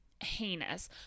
heinous